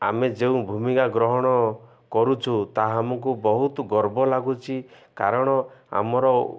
ଆମେ ଯେଉଁ ଭୂମିକା ଗ୍ରହଣ କରୁଛୁ ତାହା ଆମକୁ ବହୁତ ଗର୍ବ ଲାଗୁଛି କାରଣ ଆମର